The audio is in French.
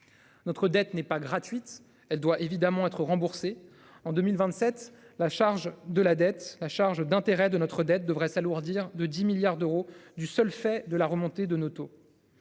Notre dette n'est pas gratuite, elle doit évidemment être remboursé en 2027 la charge de la dette, la charge d'intérêts de notre dette devrait s'alourdir de 10 milliards d'euros du seul fait de la remontée de moto.